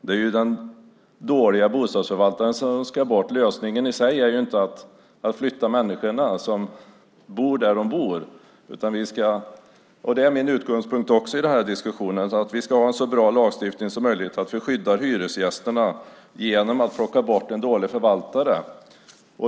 Det är den dåliga bostadsförvaltaren som ska bort. Lösningen är inte att flytta människorna. De bor där de bor. Min utgångspunkt i diskussionen är att vi ska en så bra lagstiftning som möjligt. Vi ska skydda hyresgästerna genom att plocka bort en dålig förvaltare.